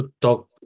dog